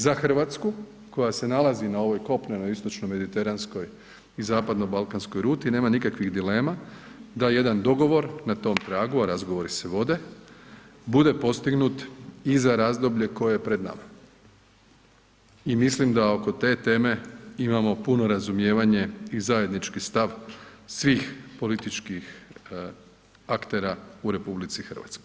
Za RH koja se nalazi na ovoj kopnenoj istočno mediteranskoj i zapadno balkanskoj ruti nema nikakvih dilema da jedan dogovor na tom tragu, a razgovori se vode, bude postignut i za razdoblje koje je pred nama i mislim da oko te teme imamo puno razumijevanje i zajednički stav svih političkih aktera u RH.